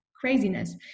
craziness